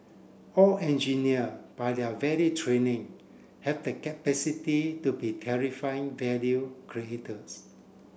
all engineer by their very training have the capacity to be terrifying value creators